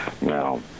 Now